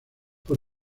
por